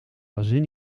bazin